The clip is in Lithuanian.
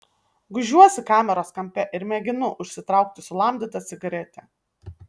gūžiuosi kameros kampe ir mėginu užsitraukti sulamdytą cigaretę